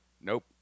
Nope